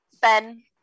Ben